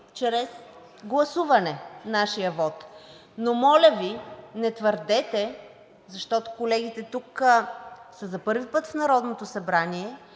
чрез гласуване на нашия вот. Моля Ви, не го твърдете, защото колегите са за първи път в Народното събрание